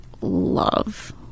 love